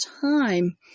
time